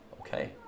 Okay